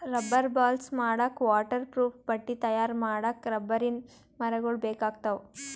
rubber balls ಮಾಡಕ್ಕಾ waterproof ಬಟ್ಟಿ ತಯಾರ್ ಮಾಡಕ್ಕ್ ರಬ್ಬರಿನ್ ಮರಗೊಳ್ ಬೇಕಾಗ್ತಾವ